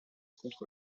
contre